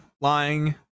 lying